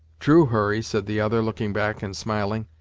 true, hurry, said the other looking back and smiling,